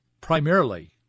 primarily